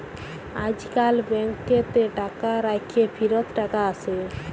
আইজকাল ব্যাংকেতে টাকা রাইখ্যে ফিরত টাকা আসে